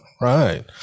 Right